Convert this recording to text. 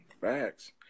Facts